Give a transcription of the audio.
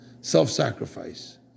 self-sacrifice